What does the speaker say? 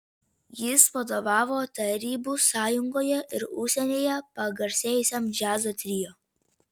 jis vadovavo tarybų sąjungoje ir užsienyje pagarsėjusiam džiazo trio